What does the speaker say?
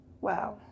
Wow